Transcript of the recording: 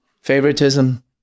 Favoritism